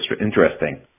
interesting